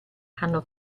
hanno